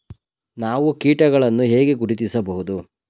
ನಾವು ಕೀಟಗಳನ್ನು ಹೇಗೆ ಗುರುತಿಸಬಹುದು?